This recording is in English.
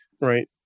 right